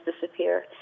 disappear